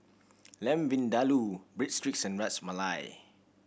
Lamb Vindaloo Breadsticks and Ras Malai